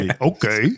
Okay